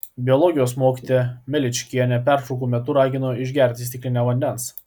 biologijos mokytoja mlečkienė pertraukų metu ragino išgerti stiklinę vandens